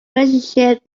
relationship